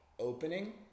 opening